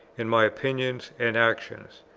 and my opinions and actions.